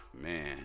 Man